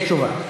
יש תשובה.